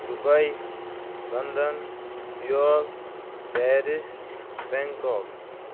Dubai London Seoul Paris Bangkok